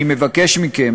אני מבקש מכם,